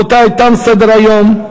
רבותי, תם סדר-היום.